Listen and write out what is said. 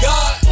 God